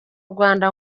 rwanda